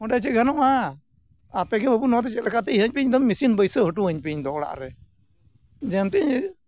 ᱚᱸᱰᱮ ᱪᱮᱫ ᱜᱟᱱᱚᱜᱼᱟ ᱟᱯᱮᱜᱮ ᱵᱟᱹᱵᱩ ᱱᱚᱣᱟ ᱫᱚ ᱪᱮᱫ ᱞᱮᱠᱟᱛᱮ ᱢᱮᱥᱤᱱ ᱵᱟᱹᱭᱥᱟᱹᱣ ᱦᱚᱴᱚᱣᱟᱹᱧ ᱯᱮ ᱤᱧᱫᱚ ᱚᱲᱟᱜ ᱨᱮ